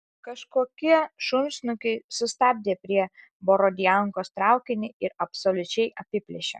kažkokie šunsnukiai sustabdė prie borodiankos traukinį ir absoliučiai apiplėšė